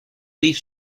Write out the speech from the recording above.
leaf